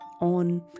on